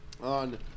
on